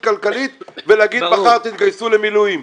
כלכלית ולהגיד מחר תתגייסו למילואים.